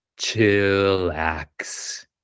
chillax